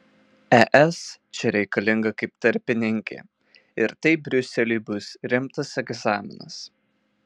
es čia reikalinga kaip tarpininkė ir tai briuseliui bus rimtas egzaminas